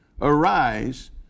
arise